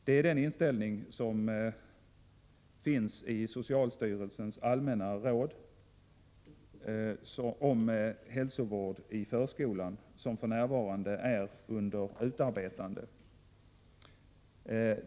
Det är den inställning som finns i socialstyrelsens allmänna råd om hälsovård i förskolan, som för närvarande är under utarbetande.